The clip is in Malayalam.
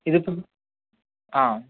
ഇതിപ്പോൾ ആ